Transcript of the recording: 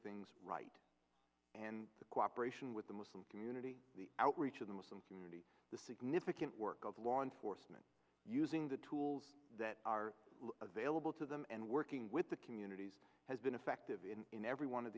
things right and the cooperation with the muslim community the outreach of the muslim community the significant work of law enforcement using the tools that are available to them and working with the communities has been effective in in every one of